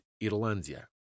Irlandia